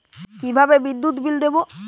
কিভাবে বিদ্যুৎ বিল দেবো?